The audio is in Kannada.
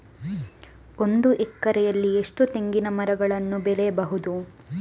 ಒಂದು ಎಕರೆಯಲ್ಲಿ ಎಷ್ಟು ತೆಂಗಿನಮರಗಳು ಬೆಳೆಯಬಹುದು?